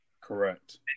Correct